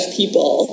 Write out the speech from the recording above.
people